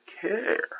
care